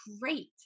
great